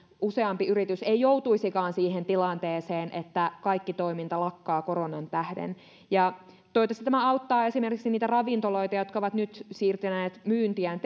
useampi yritys ei joutuisikaan siihen tilanteeseen että kaikki toiminta lakkaa koronan tähden toivottavasti tämä auttaa esimerkiksi niitä ravintoloita jotka ovat nyt siirtäneet myyntiään